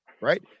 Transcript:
right